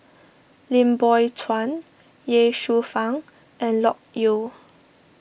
Lim Biow Chuan Ye Shufang and Loke Yew